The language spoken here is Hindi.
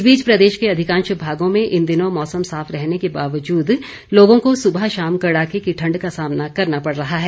इस बीच प्रदेश के अधिकांश भागों में इन दिनों मौसम साफ रहने के बावजूद लोगों को सुबह शाम कड़ाके की ठंड का सामना करना पड़ रहा है